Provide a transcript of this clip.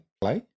play